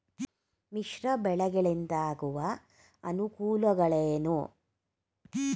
ಮಿಶ್ರ ಬೆಳೆಗಳಿಂದಾಗುವ ಅನುಕೂಲಗಳೇನು?